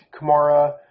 Kamara